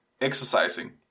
exercising